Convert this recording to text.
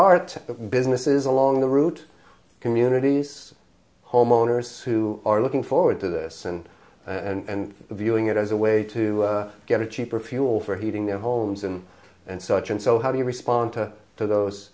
the businesses along the route communities homeowners who are looking forward to this and and viewing it as a way to get a cheaper fuel for heating their homes and and such and so how do you respond to to those